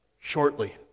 shortly